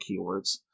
keywords